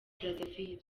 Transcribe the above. brazzaville